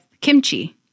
kimchi